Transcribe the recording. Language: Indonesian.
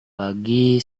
pagi